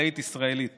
חקלאית ישראלית